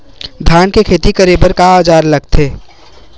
धान के खेती करे बर का औजार लगथे?